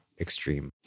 extreme